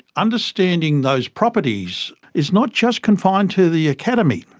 understanding those properties is not just confined to the academy.